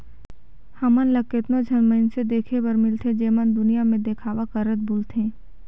हमन ल केतनो झन मइनसे देखे बर मिलथें जेमन दुनियां में देखावा करत बुलथें